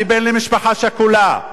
אני בן למשפחה שכולה.